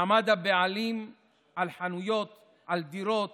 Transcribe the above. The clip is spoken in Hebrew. מעמד הבעלים על חנויות, על דירות